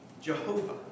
Jehovah